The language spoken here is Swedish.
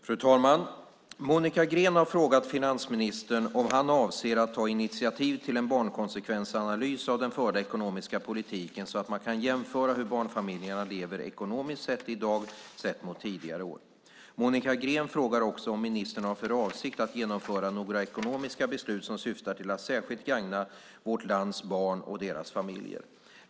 Fru talman! Monica Green har frågat finansministern om han avser att ta initiativ till en barnkonsekvensanalys av den förda ekonomiska politiken så att man kan jämföra hur barnfamiljerna lever ekonomiskt sett i dag, sett mot tidigare år. Monica Green frågar också om ministern har för avsikt att genomföra några ekonomiska beslut som syftar till att särskilt gagna vårt lands barn och deras familjer.